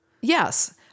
Yes